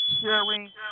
sharing